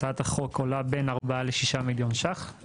הצעת החוק עולה בין ארבעה לשישה מיליון ש"ח,